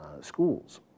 schools